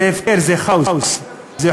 זה הפקר, זה כאוס.